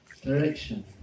Direction